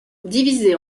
divisés